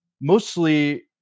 mostly